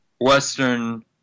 Western